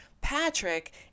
Patrick